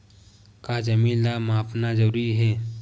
का जमीन ला मापना जरूरी हे?